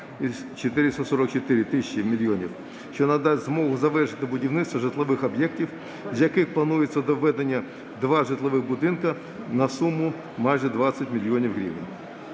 106,444 тисячі мільйони, що надасть змогу завершити будівництво житлових об'єктів, з яких планується доведення два житлових будинки на суму майже 20 мільйонів гривень.